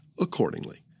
accordingly